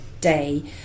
day